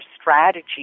strategy